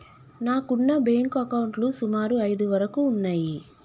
నాకున్న బ్యేంకు అకౌంట్లు సుమారు ఐదు వరకు ఉన్నయ్యి